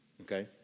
Okay